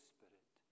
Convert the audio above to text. Spirit